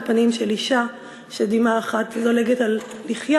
על פנים של אישה שדמעה אחת זולגת על לחייה,